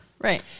Right